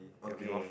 okay